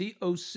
TOC